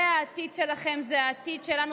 זה העתיד שלכם, זה העתיד שלנו.